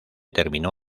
terminó